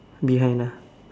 behind ah